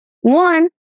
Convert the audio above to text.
one